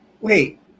Wait